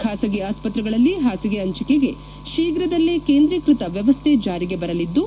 ಖಾಸಗಿ ಆಸ್ಪತ್ರೆಗಳಲ್ಲಿ ಹಾಸಿಗೆ ಹಂಚಿಕೆಗೆ ಶೀಘದಲ್ಲೇ ಕೇಂದ್ರೀಕೃತ ವ್ಠವಸ್ಥೆ ಜಾರಿಗೆ ಬರಲಿದ್ದು